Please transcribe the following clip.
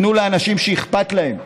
תנו לאנשים שאכפת להם,